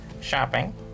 shopping